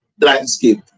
landscape